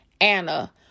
Anna